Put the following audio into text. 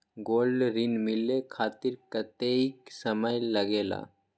Gold ऋण मिले खातीर कतेइक समय लगेला?